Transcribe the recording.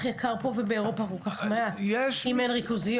יקר ובאירופה כל כך מעט אם אין ריכוזיות?